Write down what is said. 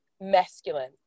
masculine